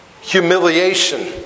humiliation